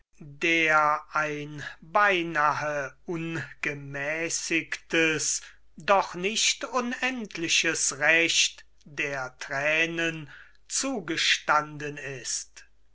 der ein beinahe ungemäßigtes doch nicht unendliches recht der thränen zugestanden ist